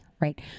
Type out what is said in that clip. right